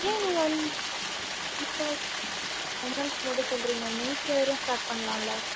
ஏன் நீங்கள் வந்து இப்போ உமன்ஸ்க்கு மட்டும் சொல்கிறீங்க மென்ஸ் வியரும் ஸ்டார்ட் பண்ணலாம்ல